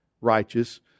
righteous